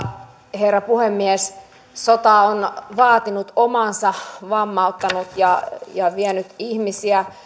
herra puhemies sota on vaatinut omansa vammauttanut ja ja vienyt ihmisiä